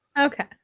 okay